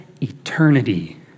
eternity